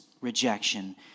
rejection